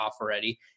already